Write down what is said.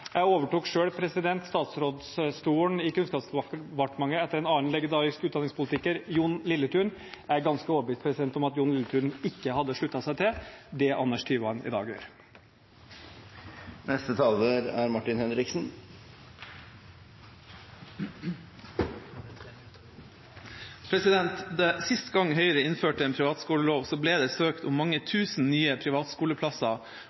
Jeg overtok selv statsrådsstolen i Kunnskapsdepartementet etter en annen legendarisk utdanningspolitiker, Jon Lilletun. Jeg er ganske overbevist om at Jon Lilletun ikke hadde sluttet seg til det Anders Tyvand i dag gjør. De talere som heretter får ordet, har en taletid på inntil 3 minutter. Sist gang Høyre innførte en privatskolelov, ble det søkt om mange tusen nye privatskoleplasser